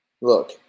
Look